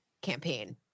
campaign